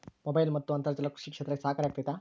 Mobile ಮತ್ತು ಅಂತರ್ಜಾಲ ಕೃಷಿ ಕ್ಷೇತ್ರಕ್ಕೆ ಸಹಕಾರಿ ಆಗ್ತೈತಾ?